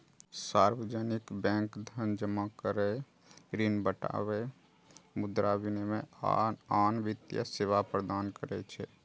सार्वजनिक बैंक धन जमा करै, ऋण बांटय, मुद्रा विनिमय, आ आन वित्तीय सेवा प्रदान करै छै